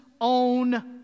own